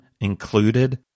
included